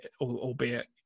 albeit